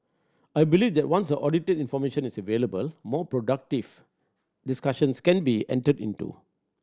I believe that once audited information is available more productive discussions can be entered into